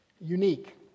unique